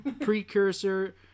precursor